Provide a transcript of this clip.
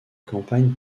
compagne